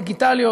דיגיטליות,